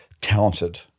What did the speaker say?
talented